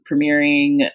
premiering